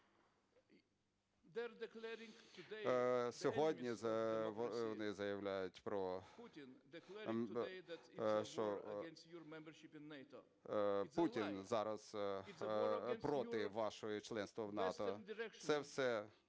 Сьогодні вони заявляють, що Путін зараз проти вашого членства в НАТО. Це все…